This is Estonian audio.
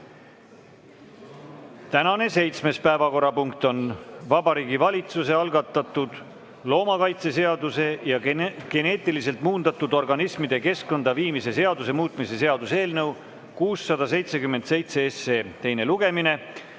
Tänane seitsmes päevakorrapunkt on Vabariigi Valitsuse algatatud loomakaitseseaduse ja geneetiliselt muundatud organismide keskkonda viimise seaduse muutmise seaduse eelnõu 677 teine lugemine.